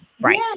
Right